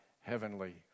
heavenly